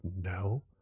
no